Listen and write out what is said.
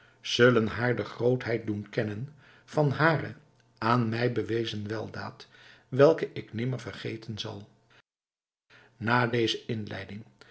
zullen haar de grootheid doen kennen van hare aan mij bewezen weldaad welke ik nimmer vergeten zal na deze inleiding